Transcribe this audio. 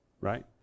right